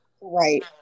Right